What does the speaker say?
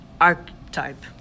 archetype